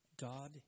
God